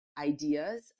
ideas